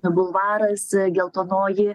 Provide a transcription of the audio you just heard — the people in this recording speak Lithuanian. bulvaras geltonoji